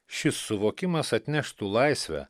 šis suvokimas atneštų laisvę